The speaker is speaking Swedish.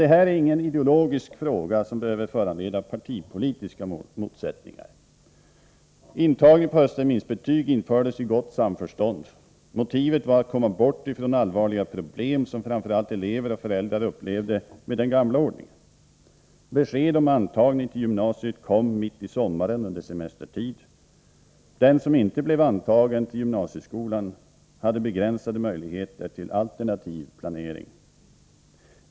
Detta är ingen ideologisk fråga som behöver föranleda partipolitiska motsättningar. Intagning på höstterminsbetyg infördes i gott samförstånd. Motivet var att komma bort från allvarliga problem som framför allt elever och föräldrar upplevde med den gamla ordningen. Besked om antagning till gymnasiet kom mitt i sommaren under semestertid. Den som inte blev antagen till gymnasieskolan hade begränsade möjligheter till alternativ planering.